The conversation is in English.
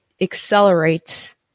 accelerates